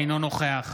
אינו נוכח